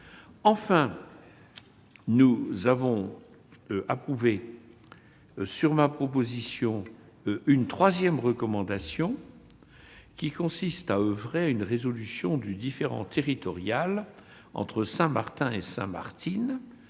main. Nous avons approuvé, sur ma proposition, une troisième recommandation : elle consiste à oeuvrer à une résolution du différend territorial entre Saint-Martin et Sint Maarten.